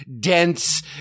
dense